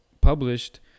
published